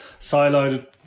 siloed